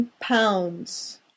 pounds